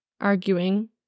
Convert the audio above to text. arguing